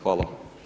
Hvala.